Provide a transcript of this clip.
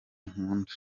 nkunda